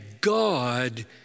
God